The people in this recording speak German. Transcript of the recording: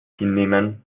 hinnehmen